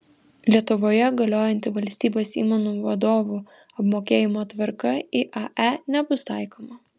lietuvoje galiojanti valstybės įmonių vadovų apmokėjimo tvarka iae nebus taikoma